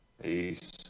Peace